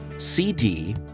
CD